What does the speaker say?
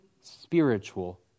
spiritual